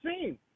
seen